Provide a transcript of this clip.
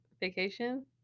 vacation